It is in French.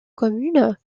commune